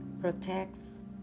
protects